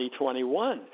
2021